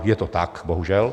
Je to tak, bohužel.